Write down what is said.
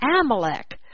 Amalek